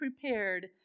prepared